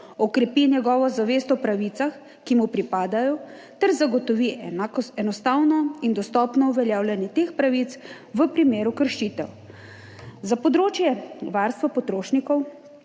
okrepi njegovo zavest o pravicah, ki mu pripadajo, ter zagotovi enostavno in dostopno uveljavljanje teh pravic v primeru kršitev. Za področje varstva potrošnikov,